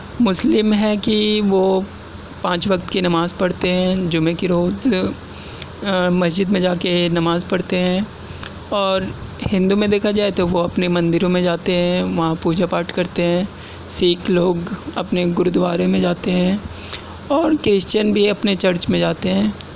مسلم ہیں کہ وہ پانچ وقت کی نماز پڑھتے ہیں جُمعہ کی روز مسجد میں جا کے نماز پڑھتے ہیں اور ہندو میں دیکھا جائے تو وہ اپنے مندروں میں جاتے ہیں وہاں پوجا پاٹ کرتے ہیں سِکھ لوگ اپنے گرودوارے میں جاتے ہیں اور کرسچن بھی اپنے چرچ میں جاتے ہیں